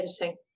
editing